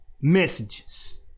messages